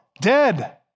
dead